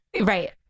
right